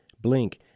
Blink